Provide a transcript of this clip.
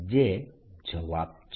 જે જવાબ છે